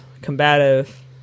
combative